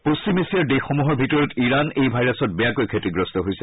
পশ্চিম এছিয়াৰ দেশসমূহৰ ভিতৰত ইৰাণ এই ভাইৰাছত বেয়াকৈ ক্ষতিগ্ৰস্ত হৈছে